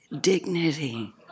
dignity